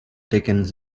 dickens